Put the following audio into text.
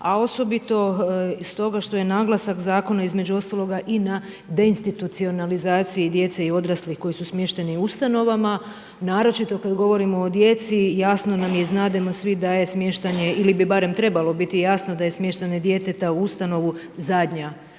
a osobito s toga, što je naglasak zakona između ostaloga i na deinstitucionalizacija djece i odraslih koji su smješteni u ustanovama. Naročito kada govorimo o djeci, jasno nam je i znademo svi da je smještanje ili bi barem trebalo biti jasno, da je smještanje djeteta u ustanovu zadnja